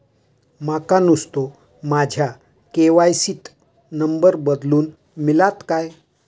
माका नुस्तो माझ्या के.वाय.सी त नंबर बदलून मिलात काय?